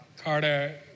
Carter